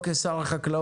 בתפקידו כשר החקלאות.